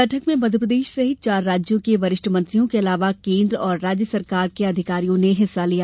बैठक में मध्यप्रदेश सहित चार राज्यों के वरिष्ठ मंत्रियों के अलावा केन्द्र और राज्य सरकार के अधिकारियों ने हिस्सा लिया